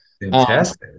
Fantastic